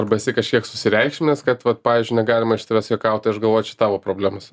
arba esi kažkiek susireikšminęs kad vat pavyzdžiui negalima iš tavęs juokaut tai aš galvočiau tavo problemos